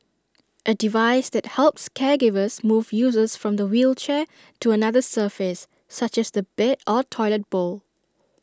A device that helps caregivers move users from the wheelchair to another surface such as the bed or toilet bowl